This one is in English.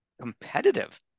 competitive